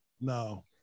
No